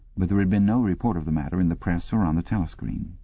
but there had been no report of the matter in the press or on the telescreen.